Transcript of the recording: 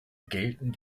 gelten